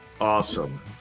awesome